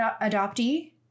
adoptee